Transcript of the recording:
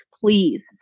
please